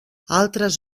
altres